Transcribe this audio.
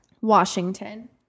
Washington